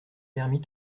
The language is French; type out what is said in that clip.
permis